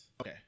Okay